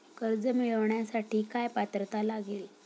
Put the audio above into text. कर्ज मिळवण्यासाठी काय पात्रता लागेल?